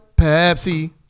pepsi